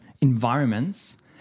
environments